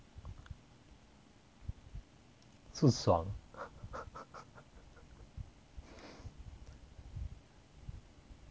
住爽